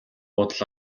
бодол